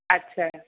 अच्छा